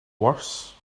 worse